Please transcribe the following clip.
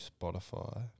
Spotify